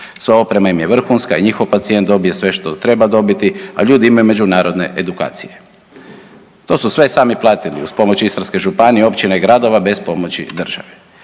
Sva oprema im je vrhunska i njihov pacijent dobije sve što treba dobiti, a ljudi imaju međunarodne edukacije. To su sve sami platili uz pomoć Istarske županije, općina i gradova bez pomoći države.